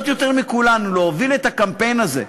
יותר מכולנו, להוביל את הקמפיין הזה.